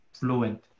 fluent